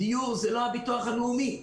דיור זה לא הביטוח הלאומי,